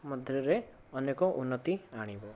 ମଧ୍ୟରେ ଅନେକ ଉନ୍ନତି ଆଣିବ